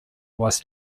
was